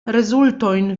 rezultojn